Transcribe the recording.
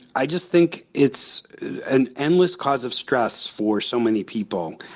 i just think it's an endless cause of stress for so many people,